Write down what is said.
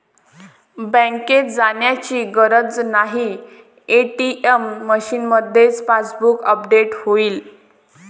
बँकेत जाण्याची गरज नाही, ए.टी.एम मशीनमध्येच पासबुक अपडेट होईल